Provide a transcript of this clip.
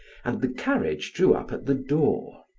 and the carriage drew up at the door.